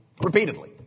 Repeatedly